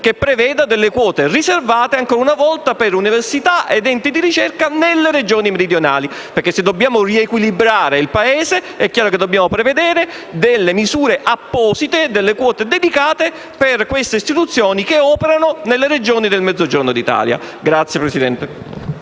che preveda delle quote riservate, ancora una volta, per le università e gli enti di ricerca nelle Regioni meridionali. Se dobbiamo riequilibrare il Paese, infatti, è chiaro che dobbiamo prevedere delle misure apposite e delle quote dedicate per le istituzioni che operano nelle Regioni del Mezzogiorno d'Italia. [**Presidenza